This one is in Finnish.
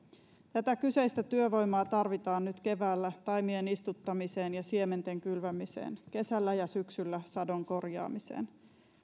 tätä kyseistä työvoimaa tarvitaan nyt keväällä taimien istuttamiseen ja siementen kylvämiseen kesällä ja syksyllä sadon korjaamiseen